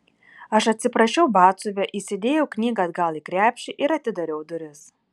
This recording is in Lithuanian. aš atsiprašiau batsiuvio įsidėjau knygą atgal į krepšį ir atidariau duris